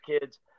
kids